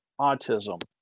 autism